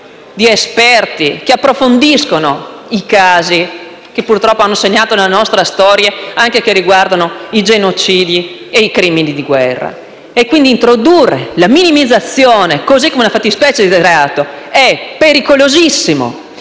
ed esperti, che approfondiscono i casi che purtroppo hanno segnato la nostra storia e che riguardano anche genocidi e i crimini di guerra. Quindi, introdurre la minimizzazione come una fattispecie di reato è pericolosissimo.